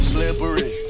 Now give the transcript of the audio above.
Slippery